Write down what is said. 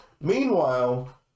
meanwhile